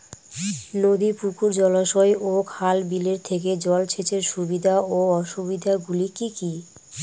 নদী পুকুর জলাশয় ও খাল বিলের থেকে জল সেচের সুবিধা ও অসুবিধা গুলি কি কি?